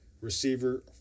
receiver